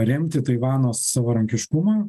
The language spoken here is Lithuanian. remti taivano savarankiškumą